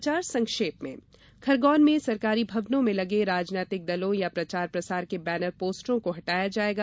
समाचार संक्षेप में खरगौन में सरकारी भवनों में लगे राजनैतिक दलों या प्रचार प्रसार के बैनर पोस्टरों को हटाया जाएगा